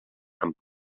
amb